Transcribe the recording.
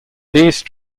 these